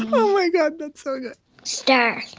oh, my god, that's so good stir.